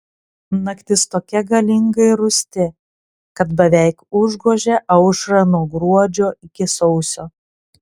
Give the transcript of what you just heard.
naktis tokia galinga ir rūsti kad beveik užgožia aušrą nuo gruodžio iki sausio